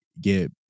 get